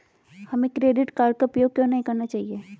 हमें credit card का उपयोग क्यों नहीं करना चाहिए?